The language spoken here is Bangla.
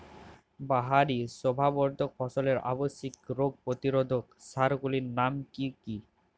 বাহারী শোভাবর্ধক ফসলের আবশ্যিক রোগ প্রতিরোধক সার গুলির নাম কি কি?